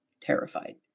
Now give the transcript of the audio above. terrified